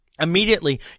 immediately